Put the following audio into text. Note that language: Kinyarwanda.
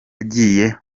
yagiye